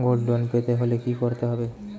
Gold loan পেতে হলে কি করতে হবে?